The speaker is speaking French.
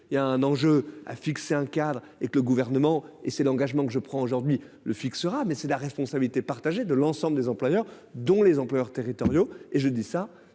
il y a un enjeu à fixer un cadre et que le gouvernement et c'est l'engagement que je prends aujourd'hui le fixera mais c'est la responsabilité partagée de l'ensemble des employeurs, dont les employeurs territoriaux et je dis ça